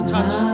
Touch